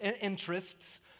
interests